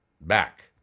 Back